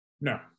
No